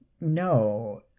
no